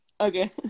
Okay